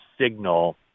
signal